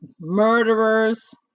Murderers